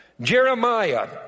Jeremiah